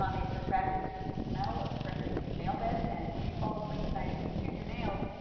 um it's attracted to the smell of freshly chewed nail beds. and when you fall asleep at night, if you'd chewed your nails,